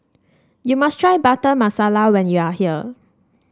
you must try Butter Masala when you are here